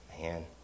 Man